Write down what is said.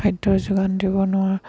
খাদ্যৰ যোগান দিব নোৱাৰা